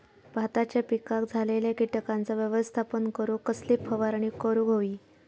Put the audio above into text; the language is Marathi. भाताच्या पिकांक झालेल्या किटकांचा व्यवस्थापन करूक कसली फवारणी करूक होई?